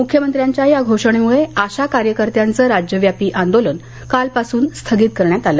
मुख्यमंत्र्यांच्या या घोषणेमुळे आशा कार्यकर्त्यांचं राज्यव्यापी आंदोलन कालपासून स्थगित करण्यात आलं